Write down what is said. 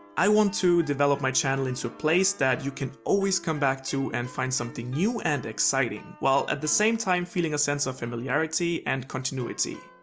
i want to develop my channel into a place that you can always come back to and find something new and exciting, while at the same time feeling a sense of familiarity and continuity.